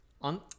on